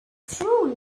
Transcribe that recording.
through